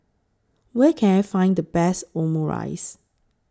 Where Can I Find The Best Omurice